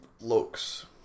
looks